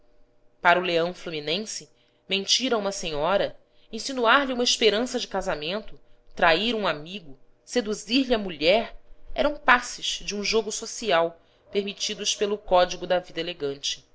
para o leão fluminense mentir a uma senhora insinuar lhe uma esperança de casamento trair um amigo seduzir lhe a mulher eram passes de um jogo social permitidos pelo código da vida elegante